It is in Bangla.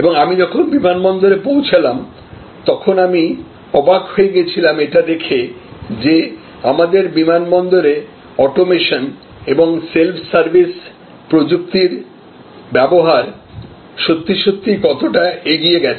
এবং আমি যখন বিমানবন্দরে পৌঁছলাম তখন আমি অবাক হয়ে গিয়েছিলাম এটা দেখে যে আমাদের বিমানবন্দরে অটোমেশন এবং সেল্ফ সার্ভিস প্রযুক্তির ব্যবহার সত্যি সত্যিই কতটা এগিয়ে গেছে